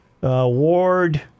Ward